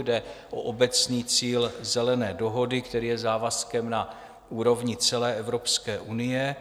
Jde o obecný cíl Zelené dohody, který je závazkem na úrovni celé Evropské unie.